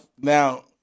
Now